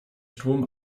strom